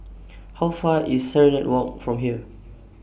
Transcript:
How Far IS Serenade Walk from here